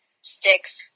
sticks